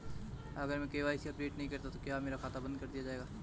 अगर मैं KYC update नहीं करता तो क्या मेरा खाता बंद कर दिया जाएगा?